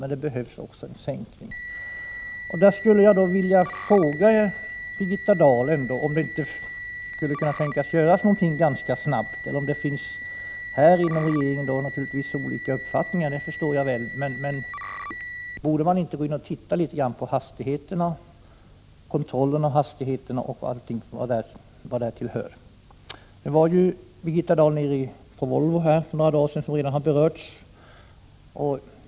Men det behövs också en sänkning av fartgränserna. Jag vill fråga Birgitta Dahl: Kan man inte göra någonting ganska snabbt? Att det inom regeringen finns olika uppfattningar förstår jag, men borde man inte studera hastighetsgränserna, hastighetskontrollerna och allt som därtill hör? Birgitta Dahl deltog i Volvobesöket för några dagar sedan, vilket redan har berörts.